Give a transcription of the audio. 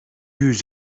yüz